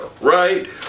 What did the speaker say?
right